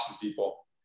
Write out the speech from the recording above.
people